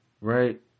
right